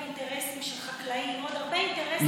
אינטרסים של חקלאים ועוד הרבה אינטרסים,